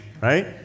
right